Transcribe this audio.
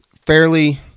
fairly